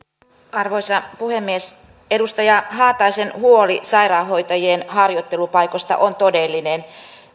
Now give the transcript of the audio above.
arvoisa puhemies edustaja haataisen huoli sairaanhoitajien harjoittelupaikoista on todellinen